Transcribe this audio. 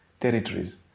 territories